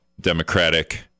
Democratic